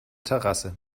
terrasse